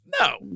No